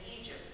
Egypt